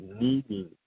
needing